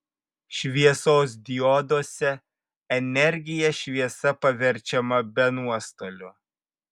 šviesos dioduose energija šviesa paverčiama be nuostolių